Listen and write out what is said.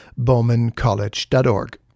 bowmancollege.org